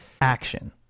action